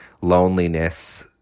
loneliness